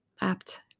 apt